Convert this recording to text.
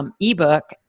ebook